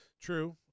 True